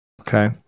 Okay